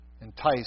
enticed